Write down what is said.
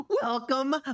Welcome